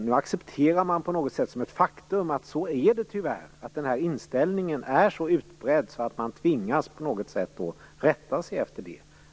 Nu accepterar man på något sätt som ett faktum att det tyvärr är så att denna inställning är så utbredd att man tvingas att rätta sig efter den.